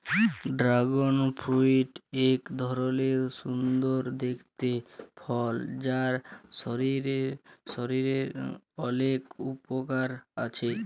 dragon fruit এক ধরলের সুন্দর দেখতে ফল যার শরীরের অলেক উপকার আছে